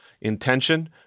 intention